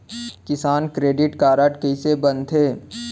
किसान credit card कइसे बनथे?